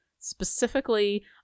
specifically